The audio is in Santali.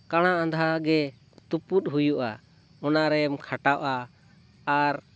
ᱠᱟᱬᱟ ᱟᱸᱫᱷᱟᱜᱮ ᱛᱩᱯᱩᱫ ᱦᱩᱭᱩᱜᱼᱟ ᱚᱱᱟᱨᱮᱢ ᱠᱷᱟᱴᱟᱜᱼᱟ ᱟᱨ